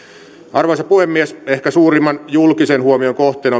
arvoisa puhemies ehkä suurimman julkisen huomion kohteena